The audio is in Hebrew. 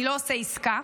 אני לא עושה עסקה.